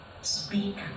Speak